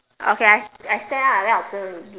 okay I I stand up and then observe